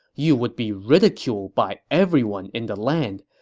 you would be ridiculed by everyone in the land.